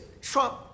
Trump